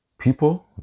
People